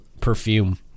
perfume